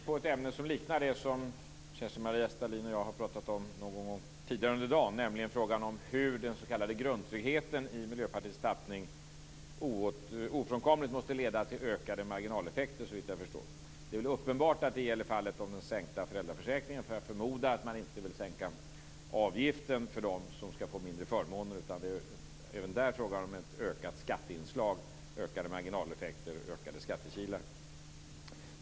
Fru talman! Jag har begärt replik när det gäller ett ämne som liknar det som Kerstin-Maria Stalin och jag har talat om tidigare under dagen, nämligen att den s.k. grundtryggheten i Miljöpartiets satsning såvitt jag förstår ofrånkomligt måste leda till ökade marginaleffekter. Det är väl uppenbart att det gäller i fallet den sänkta föräldraförsäkringen. Jag förmodar att man inte vill sänka avgiften för dem som skall få mindre förmåner, utan det är väl även där fråga om ett större skatteinslag med ökade marginaleffekter och vidgade skattekilar.